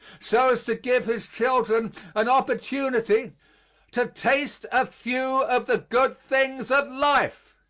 so as to give his children an opportunity to taste a few of the good things of life.